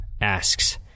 asks